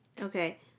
Okay